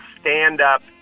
stand-up